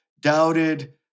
doubted